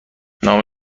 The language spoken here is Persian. نام